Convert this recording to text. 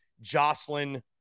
Jocelyn